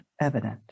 evident